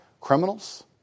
criminals